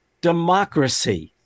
democracy